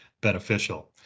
beneficial